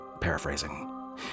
paraphrasing